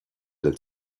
del